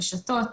רשתות.